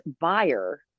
buyer